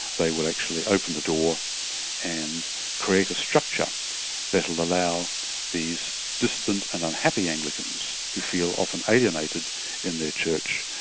they will actually open the door and create a structure that will allow these dissident and unhappy anglicans who feel often alienated in their church,